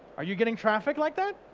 are you getting traffic like that?